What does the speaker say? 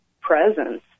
presence